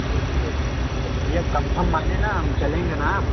चलिए अच्छा ठीक है तो भैया कंफर्म मानें ना हम चलेंगे ना आप